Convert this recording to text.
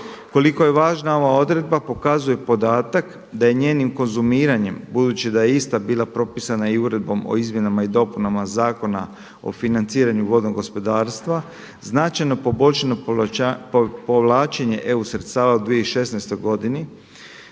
Koliko je važna ova odredba pokazuje podatak da je njenim konzumiranjem budući da je ista bila propisana i Uredbom o izmjenama i dopunama Zakona o financiranju vodnog gospodarstva, značajno poboljšano povlačenje EU sredstava u 2016. godini